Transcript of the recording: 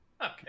Okay